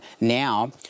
now